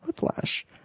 whiplash